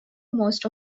most